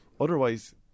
otherwise